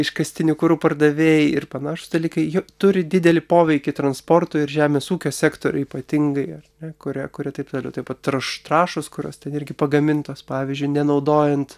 iškastiniu kuru pardavėjai ir panašūs dalykai juk turi didelį poveikį transportui ir žemės ūkio sektoriui ypatingai kurią kuria taip toliau taip pat trąš trąšos kurios irgi pagamintos pavyzdžiui nenaudojant